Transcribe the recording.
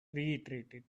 reiterated